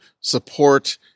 support